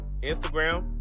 Instagram